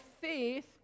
faith